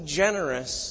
generous